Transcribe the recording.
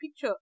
picture